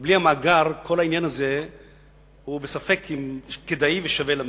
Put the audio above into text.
ובלי המאגר כל העניין הזה ספק אם הוא כדאי ושווה למדינה.